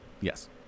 Yes